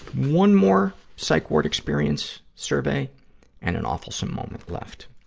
one more psych ward experience survey and an awfulsome moment left.